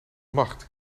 macht